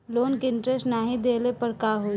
Loan के interest नाही देहले पर का होई?